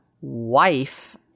wife